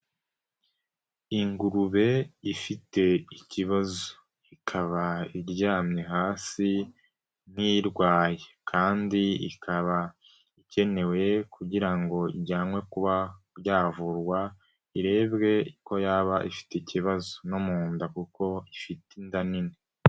Ingurube ifite ikibazo, ikaba iryamye hasi nk'irwaye, kandi ikaba ikenewe kugira ngo ijyanwe kuba yavurwa irebwe ko yaba ifite ikibazo no mu nda kuko ifite inda nini.